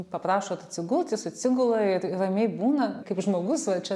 paprašot atsigult jis atsigula ir ramiai būna kaip žmogus va čia